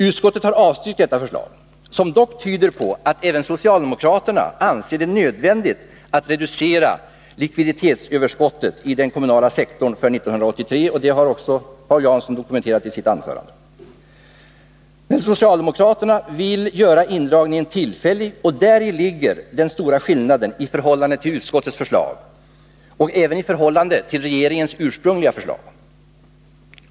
Utskottet har avstyrkt detta förslag, som dock tyder på att även socialdemokraterna anser det nödvändigt att reducera likviditetsöverskottet i den kommunala sektorn för 1983. Också det har Paul Jansson dokumenterat i sitt anförande. Men socialdemokraterna vill göra indragningen tillfällig, och däri ligger den stora skillnaden i förhållande till utskottets förslag, och även i förhållande till regeringens ursprungliga förslag.